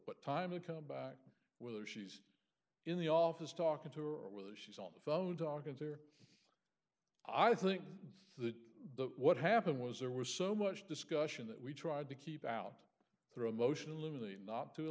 but time will come back whether she's in the office talking to her or whether she's on the phone talking to her i think that the what happened was there was so much discussion that we tried to keep out through emotionally not to